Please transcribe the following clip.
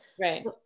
Right